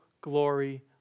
glory